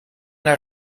naar